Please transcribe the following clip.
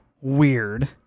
weird